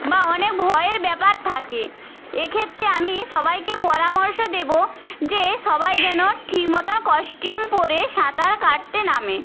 বা অনেক ভয়ের ব্যাপার থাকে এক্ষেত্রে আমি সবাইকে পরামর্শ দেবো যে সবাই যেন ঠিক মতো কস্টিউম পরে সাঁতার কাটতে নামে